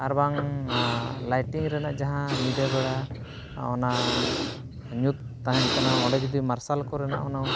ᱟᱨ ᱵᱟᱝ ᱞᱟᱭᱴᱤᱝ ᱨᱮᱱᱟᱜ ᱡᱟᱦᱟᱸ ᱧᱤᱫᱟᱹ ᱵᱮᱲᱟ ᱚᱱᱟ ᱧᱩᱛ ᱛᱟᱦᱮᱱ ᱠᱟᱱᱟ ᱚᱸᱰᱮ ᱡᱩᱫᱤ ᱢᱟᱨᱥᱟᱞ ᱠᱚᱨᱮᱱᱟᱜ ᱦᱩᱱᱟᱹᱝ